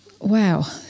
Wow